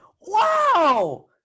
wow